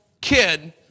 kid